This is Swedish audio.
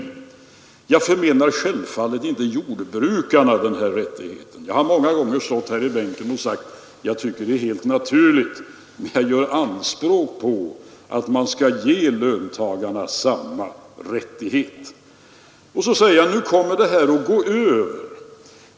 ” Jag förmenar självfallet inte jordbrukarna denna rättighet. Jag har många gånger stått här i bänken och sagt att jag tycker att det är helt naturligt att man vill begagna sig av den. Men jag gör anspråk på att man skall ge löntagarna samma rättighet. Vidare sade jag: ”Nu kommer det här att gå över.